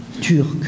turc